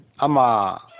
ama